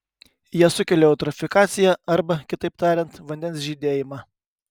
jie sukelia eutrofikaciją arba kitaip tariant vandens žydėjimą